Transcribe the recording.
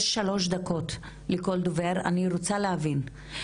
יש לנו שלוש דקות לכל דובר ואני רוצה להבין,